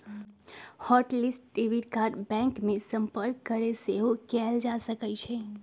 hot list debit card bank में संपर्क कऽके सेहो कएल जा सकइ छै